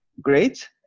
great